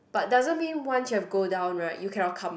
but doesn't mean once you have go down right you cannot come up